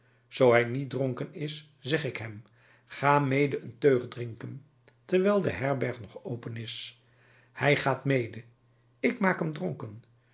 zoo hij niet dronken is zeg ik hem ga mede een teug drinken terwijl de herberg nog open is hij gaat mede ik maak hem dronken